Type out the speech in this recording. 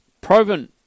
Proven